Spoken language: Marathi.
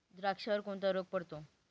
द्राक्षावर कोणता रोग पडतो?